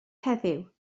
heddiw